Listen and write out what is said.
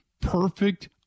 perfect